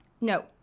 No